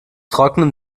trocknen